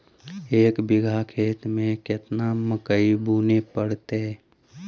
एक बिघा खेत में केतना मकई बुने पड़तै?